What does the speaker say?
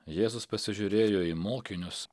jėzus pasižiūrėjo į mokinius